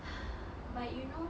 but you know